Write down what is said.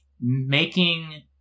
making-